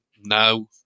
No